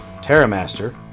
Terramaster